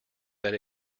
that